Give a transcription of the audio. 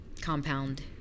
compound